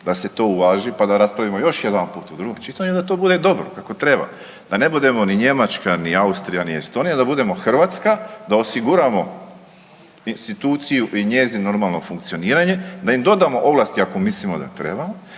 da se to uvaži, pa da raspravimo još jedanput u drugom čitanju i da to bude dobro, kako treba, da ne budemo ni Njemačka, ni Austrija, ni Estonija, da budemo Hrvatska, da osiguramo instituciju i njezino normalno funkcioniranje, da im dodamo ovlasti ako mislimo da trebamo